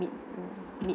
meat meat